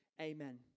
Amen